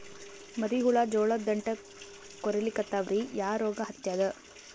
ಮರಿ ಹುಳ ಜೋಳದ ದಂಟ ಕೊರಿಲಿಕತ್ತಾವ ರೀ ಯಾ ರೋಗ ಹತ್ಯಾದ?